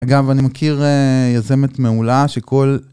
אגב, אני מכיר יזמת מעולה שכל...